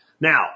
Now